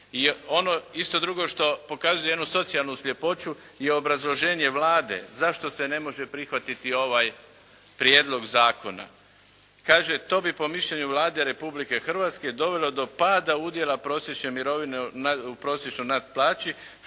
I ono, isto drugo što pokazuje jednu socijalnu sljepoću i obrazloženje Vlade zašto se ne može prihvatiti ovaj Prijedlog zakona. Kaže, to bi po mišljenju Vlade Republike Hrvatske dovelo do pada udjela prosječne mirovine u prosječnoj nad plaći